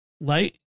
light